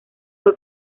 fue